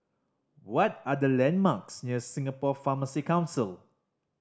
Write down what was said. what are the landmarks near Singapore Pharmacy Council